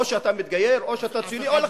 או שאתה מתגייר או שאתה ציוני, אף אחד לא אמר.